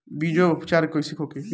बीजो उपचार कईसे होखे?